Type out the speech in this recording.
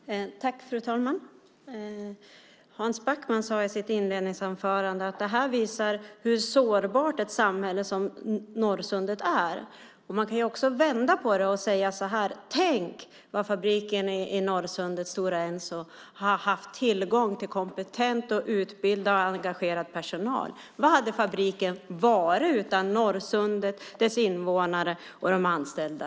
Fru talman! Hans Backman sade i sitt inledningsanförande att detta visar hur sårbart ett samhälle som Norrsundet är. Man kan också vända på det och säga: Tänk vad fabriken i Norrsundet och Stora Enso har haft tillgång till kompetent, utbildad och engagerad personal! Vad hade fabriken varit utan Norrsundet, dess invånare och de anställda?